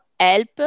help